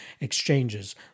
exchanges